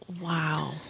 Wow